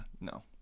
no